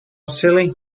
silly